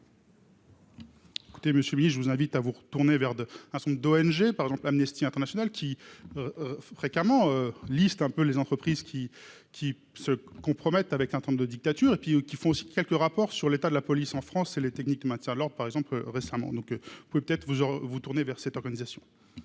écoutez monsieur Villet, je vous invite à vous retourner vers 2 à ce nombre d'ONG par exemple Amnesty International qui fréquemment liste un peu les entreprises qui qui se compromettent avec un temps de dictature et puis qui font aussi quelques rapport sur l'état de la police en France et les techniques matière Lord par exemple récemment, donc vous pouvez peut-être vous aurez vous tournez vers cette organisation.